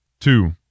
two